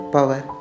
Power